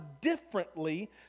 differently